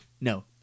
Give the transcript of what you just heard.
no